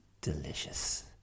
delicious